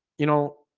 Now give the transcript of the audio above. you know,